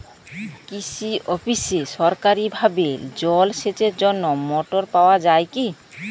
কৃষি অফিসে সরকারিভাবে জল সেচের জন্য মোটর পাওয়া যায় কি?